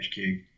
HQ